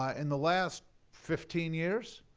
ah in the last fifteen years,